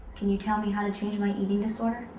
can you tell me how to change my eating disorder?